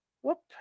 Whoop